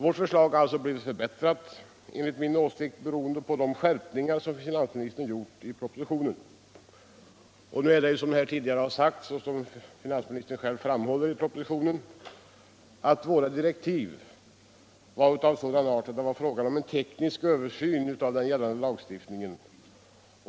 Vårt förslag har alltså blivit förbättrat enligt min åsikt, beroende på de skärpningar som finansministern gjort i propositionen. Nu är det, som här tidigare har sagts och som finansministern själv framhåller i propositionen, så att våra direktiv gällde en teknisk översyn av den nuvarande lagstiftningen.